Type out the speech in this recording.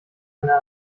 eine